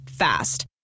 Fast